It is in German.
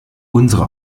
unsere